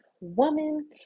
woman